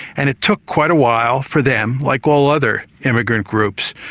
and it took quite a while for them, like all other immigrant groups,